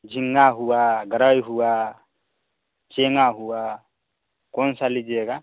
झींगा हुआ गरैई हुआ छेंगा हुआ कौनसा लीजिएगा